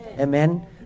Amen